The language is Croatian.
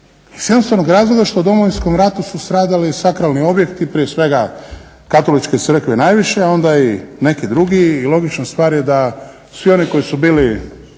iz jednostavnog razloga što u Domovinskom ratu su stradali sakralni objekti, prije svega katoličke crkve najviše, a onda i neki drugi. I logična stvar je da svi oni koji su bili